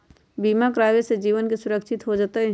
बीमा करावे से जीवन के सुरक्षित हो जतई?